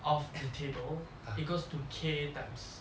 off the table equals to K times